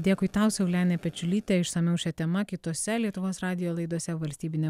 dėkui tau saulenė pečiulytė išsamiau šia tema kitose lietuvos radijo laidose valstybinė